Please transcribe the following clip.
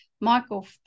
Michael